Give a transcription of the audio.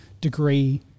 degree